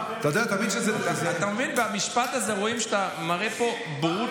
אתה מבין, במשפט הזה רואים שאתה מראה פה בורות